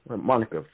Monica